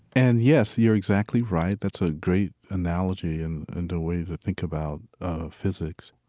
and, yes, you're exactly right. that's a great analogy and and a way to think about ah physics.